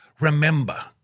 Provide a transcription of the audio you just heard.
remember